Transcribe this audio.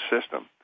system